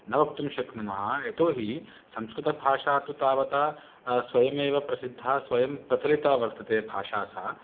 न वक्तुं शक्नुमः यतोहि संस्कृतभाषा तु तावता स्वयमेव प्रसिद्धा स्वयं प्रचलिता वर्तते भाषा सा